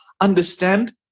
understand